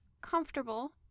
comfortable